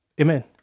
Amen